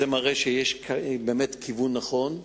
זה מראה שיש כיוון נכון.